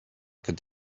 could